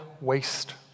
waste